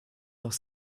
noch